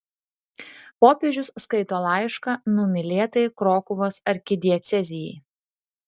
popiežius skaito laišką numylėtai krokuvos arkidiecezijai